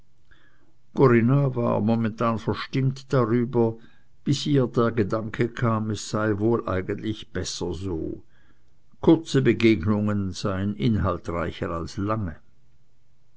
corinna war momentan verstimmt darüber bis ihr der gedanke kam es sei wohl eigentlich besser so kurze begegnungen seien inhaltreicher als lange